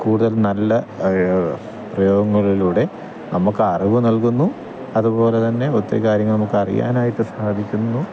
കൂടുതൽ നല്ല പ്രയോഗങ്ങളിലൂടെ നമുക്കറിവ് നൽകുന്നു അതുപോലെ തന്നെ ഒത്തിരി കാര്യങ്ങൾ നമുക്കറിയാനായിട്ട് സാധിക്കുന്നു